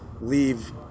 leave